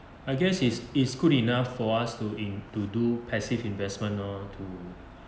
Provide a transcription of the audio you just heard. I guess is is good enough for us to in to do passive investment lor to